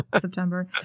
September